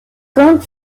kung